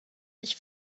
sich